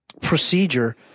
procedure